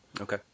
Okay